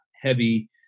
heavy